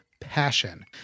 passion